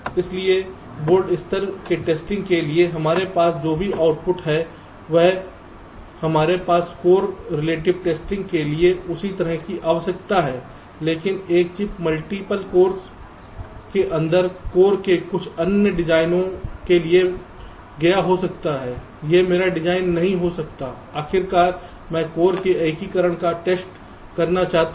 इसलिए बोर्ड स्तर के टेस्टिंग के लिए हमारे पास जो भी आवश्यकता थी अब हमारे पास कोर रिलेटिव टेस्टिंग के लिए उसी तरह की आवश्यकता है लेकिन एक चिप मल्टीपल कोर्स के अंदर कोर के कुछ अन्य डिजाइनरों से लिया गया हो सकता है यह मेरा डिज़ाइन नहीं हो सकता है आखिरकार मैं कोर के एकीकरण का टेस्ट करना चाहता हूं